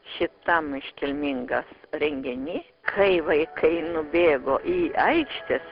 šitam iškilmingas renginys kai vaikai nubėgo į aikštės